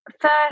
First